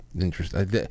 Interesting